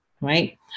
right